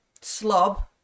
slob